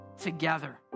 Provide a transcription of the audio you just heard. together